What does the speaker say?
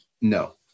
No